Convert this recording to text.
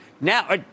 Now